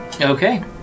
Okay